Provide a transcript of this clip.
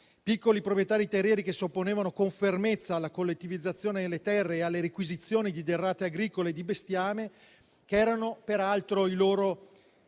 piccoli proprietari terrieri che si opponevano con fermezza alla collettivizzazione delle terre e alle requisizioni di derrate agricole e di bestiame, che erano peraltro i loro